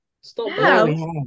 Stop